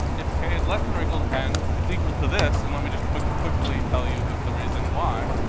if k is less than or equal to n, it's equal to this, and let me just quickly quickly tell you the the reason why.